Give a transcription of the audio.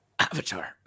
avatar